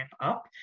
up